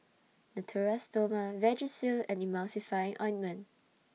Natura Stoma Vagisil and Emulsying Ointment